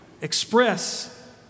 express